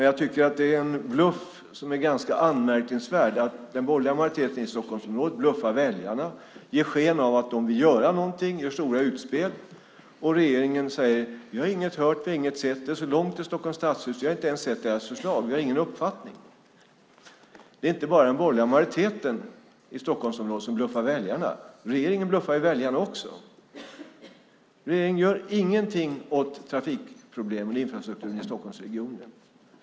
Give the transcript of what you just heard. Jag tycker att det ganska anmärkningsvärt att den borgerliga majoriteten i Stockholmsområdet bluffar väljarna, ger sken av att de vill göra någonting, gör stora utspel, och regeringen säger: Vi har inget hört och inget sett. Det är så långt till Stockholms stadshus. Vi har inte ens sett deras förslag. Vi har ingen uppfattning. Det är inte bara den borgerliga majoriteten i Stockholmsområdet som bluffar väljarna. Också regeringen bluffar väljarna. Regeringen gör ingenting åt trafikproblemen och infrastrukturen i Stockholmsregionen.